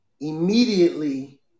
immediately